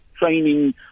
training